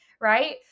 Right